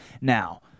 Now